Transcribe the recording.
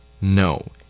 No